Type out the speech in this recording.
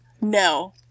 No